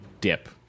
dip